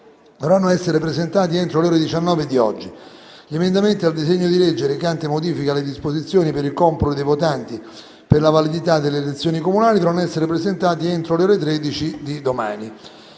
dovranno essere presentati entro le ore 19 di oggi. Gli emendamenti al disegno di legge recante modifiche alle disposizioni per il computo dei votanti per la validità delle elezioni comunali devono essere presentati entro le ore 13 di domani.